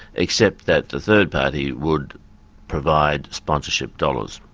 except that the third party would provide sponsorship dollars.